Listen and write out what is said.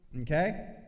Okay